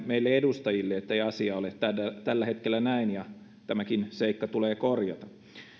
meille edustajille ettei asia ole tällä hetkellä näin ja tämäkin seikka tulee korjata